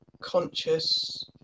conscious